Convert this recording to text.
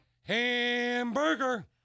hamburger